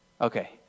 Okay